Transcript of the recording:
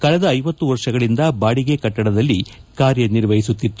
ಕಳೆದ ವರ್ಷಗಳಿಂದ ಬಾಡಿಗೆ ಕಟ್ಟಡದಲ್ಲಿ ಕಾರ್ಯನಿರ್ವಹಿಸುತ್ತಿತ್ತು